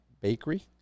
Bakery